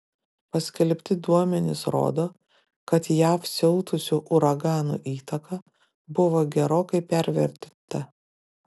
paskelbti duomenys rodo kad jav siautusių uraganų įtaka buvo gerokai pervertinta